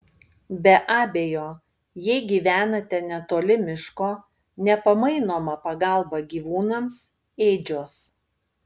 be abejo jei gyvenate netoli miško nepamainoma pagalba gyvūnams ėdžios